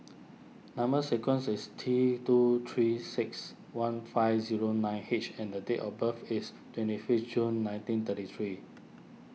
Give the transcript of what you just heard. Number Sequence is T two three six one five zero nine H and date of birth is twenty fifth June nineteen thirty three